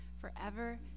forever